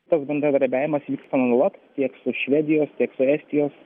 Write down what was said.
toks bendradarbiavimas vyksta nuolat tiek su švedijos tiek su estijos